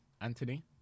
Anthony